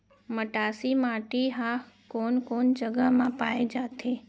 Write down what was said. मटासी माटी हा कोन कोन जगह मा पाये जाथे?